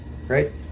right